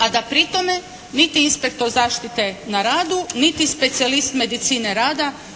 a da pri tome niti inspektor zaštite na radu niti specijalist medicine rada